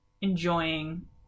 enjoying